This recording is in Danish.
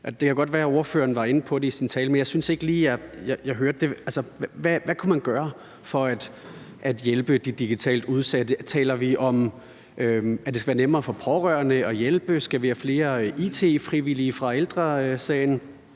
Det kan godt være, at ordføreren var inde på det i sin tale, men jeg synes ikke lige, jeg hørte det: Hvad kunne man gøre for at hjælpe de digitalt udsatte? Taler vi om, at det skal være nemmere for pårørende at hjælpe? Skal vi have flere it-frivillige fra Ældre Sagen?